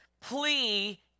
plea